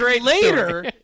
later